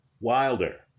Wilder